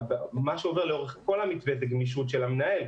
ומה שעובר לאורך כל המתווה, זו גמישות של המנהל.